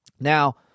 Now